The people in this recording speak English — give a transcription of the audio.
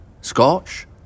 Scotch